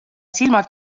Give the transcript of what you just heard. silmad